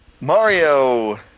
Mario